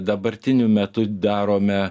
dabartiniu metu darome